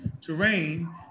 terrain